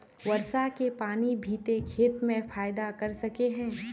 वर्षा के पानी भी ते खेत में फायदा कर सके है?